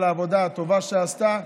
על העבודה הטובה שעשתה,